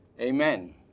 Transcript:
Amen